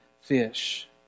fish